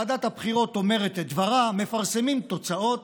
ועדת הבחירות אומרת את דברה, מפרסמים תוצאות,